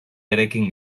eraikin